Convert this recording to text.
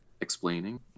explaining